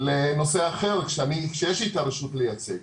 לנושא אחר כשאני כשיש לי את הרשות לייצג",